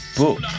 book